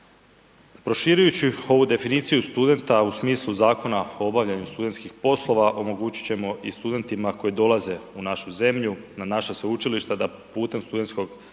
Proširujući ovu definiciju studenta u smislu Zakona o obavljanju studentskih poslova omogućit ćemo i studentima koji dolaze u našu zemlju na naša sveučilišta da putem studentskog